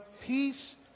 peace